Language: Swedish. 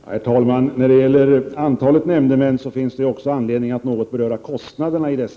Herr talman! När det gäller frågan om antalet nämndemän finns det också anledning att något beröra kostnaderna.